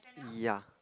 ya